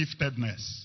giftedness